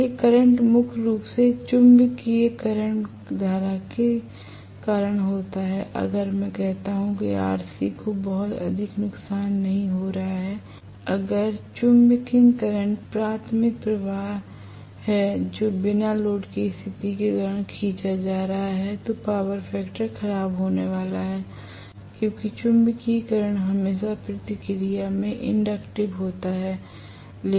इसलिए करंट मुख्य रूप से चुंबकीयकरण धारा के कारण होता है अगर मैं कहता हूं कि RC को बहुत अधिक नुकसान नहीं हो रहा है अगर चुंबकिंग करंट प्राथमिक प्रवाह है जो बिना लोड की स्थिति के दौरान खींचा जा रहा है तो पावर फैक्टर खराब होने वाला है क्योंकि चुंबकीयकरण हमेशा प्रकृति में इंडक्टिव होता है